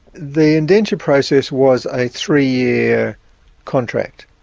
the indenture process was a three-year contract.